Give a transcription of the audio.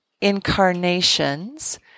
incarnations